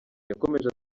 yakomeje